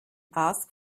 ask